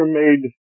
made